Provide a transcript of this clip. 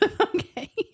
Okay